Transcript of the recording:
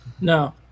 no